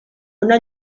una